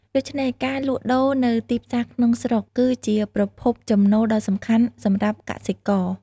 ដូច្នេះ ការលក់ដូរនៅទីផ្សារក្នុងស្រុកគឺជាប្រភពចំណូលដ៏សំខាន់សម្រាប់កសិករ។